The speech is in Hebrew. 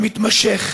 המתמשך